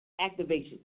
activation